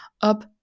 up